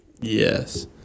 Yes